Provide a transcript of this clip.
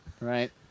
Right